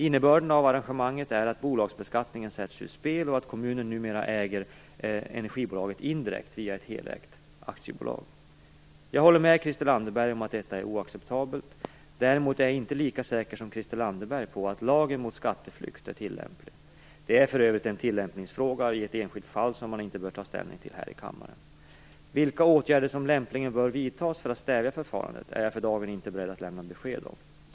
Innebörden av arrangemanget är att bolagsbeskattningen sätts ur spel och att kommunen numer äger energibolaget indirekt via ett helägt aktiebolag. Jag håller med Christel Anderberg om att detta är oacceptabelt. Däremot är jag inte lika säker som Christel Anderberg på att lagen mot skatteflykt är tillämplig. Det är för övrigt en tillämpningsfråga i ett enskilt fall som man inte bör ta ställning till här i kammaren. Vilka åtgärder som lämpligen bör vidtas för att stävja förfarandet är jag för dagen inte beredd att lämna besked om.